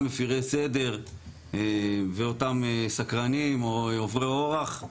מפירי סדר ואותם סקרנים או עוברי אורח,